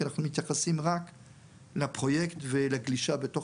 כי אנחנו מתייחסים רק לפרויקט ולגלישה בתוך